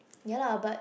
ya lah but